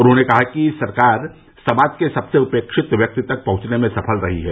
उन्होंने कहा कि सरकार समाज के सबसे उपेक्षित व्यक्ति तक पहुंचने में सफल रही है